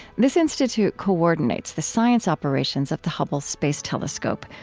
this institute coordinates the science operations of the hubble space telescope,